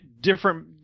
different